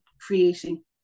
creating